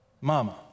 mama